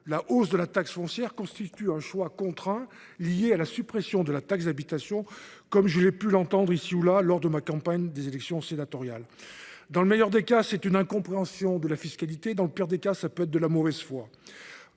la hausse de la taxe foncière constitue un choix contraint lié à la suppression de la taxe d’habitation, comme j’ai pu l’entendre ici ou là lors de ma campagne des élections sénatoriales. Dans le meilleur des cas, c’est une incompréhension de la fiscalité ; dans le pire des cas, il peut s’agir de mauvaise foi